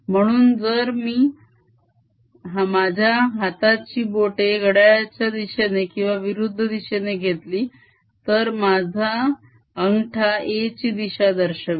म्हणून जर मी माझ्या हाताची बोटे घड्याळाच्या दिशेने किंवा विरुद्ध दिशेने घेतली तर माझा अंगठा a ची दिशा दर्शवेल